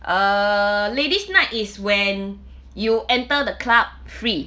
err ladies night is when you enter the club free